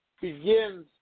begins